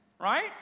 Right